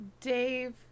Dave